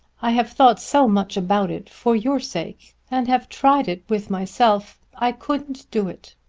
i have thought so much about it for your sake and have tried it with myself. i couldn't do it.